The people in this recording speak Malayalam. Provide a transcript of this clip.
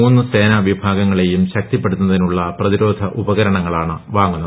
മൂന്ന് സേനാ വിഭാഗങ്ങളെയും ശക്തിപ്പെടുത്തുന്നതിനുള്ള പ്രതിരോധ ഉപകരണങ്ങളാണ് വാങ്ങുന്നത്